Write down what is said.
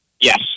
Yes